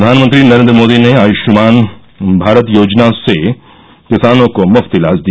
प्रधानमंत्री नरेंद्र मोदी ने आयुष्मान भारत योजना से किसानों को मुफ्त इलाज दिया